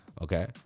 Okay